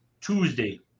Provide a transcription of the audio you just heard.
Tuesday